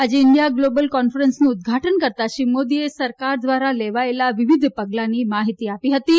આજે India global કોન્ફરન્સનું ઉધ્ધાટન કરતાં શ્રી મોદીએ સરકાર દ્રારા લેવાયેલાં વિવિધ પગલાંની માફીતી આપી હતીં